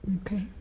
Okay